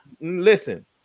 listen